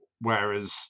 Whereas